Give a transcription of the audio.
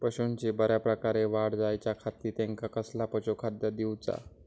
पशूंची बऱ्या प्रकारे वाढ जायच्या खाती त्यांका कसला पशुखाद्य दिऊचा?